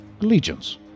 Allegiance